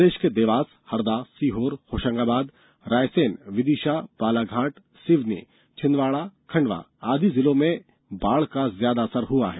प्रदेश के देवास हरदा सीहोर होशंगाबाद रायसेन विदिशा बालाघाट सिवनी छिंदवाड़ा खंडवा आदि जिलों में बाढ़ का अधिक असर हुआ है